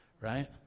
right